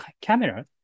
camera